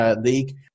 league